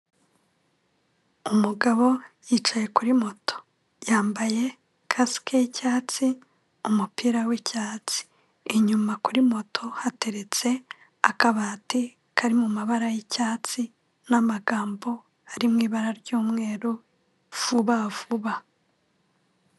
Umugabo yicaye kuri moto yambaye kasike y'icyatsi umupira w'icyatsi, inyuma kuri moto hateretse akabati kari mu mabara y'icyatsi n'amagambo ari mu ibara ry'umweru vuba vuba.